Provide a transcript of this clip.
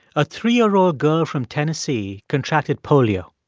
a three year old girl from tennessee contracted polio.